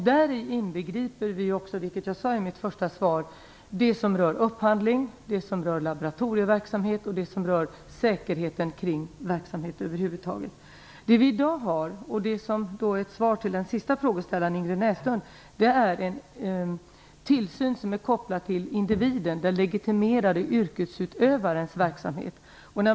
Däri inbegriper vi ju också, vilket jag sade i mitt första svar, det som rör upphandling, laboratorieverksamhet och säkerheten kring verksamheten. I dag har vi - och det är ett svar till den sista frågeställaren, Ingrid Näslund - en tillsyn som är kopplad till individens, den legitimerade yrkesutövarens, verksamhet.